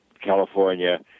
California